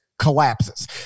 Collapses